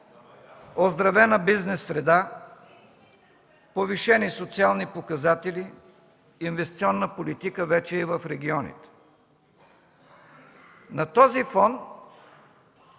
Одобрена бизнес среда, повишени социални показатели, инвестиционна политика вече и в регионите – на този фон